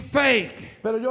fake